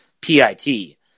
P-I-T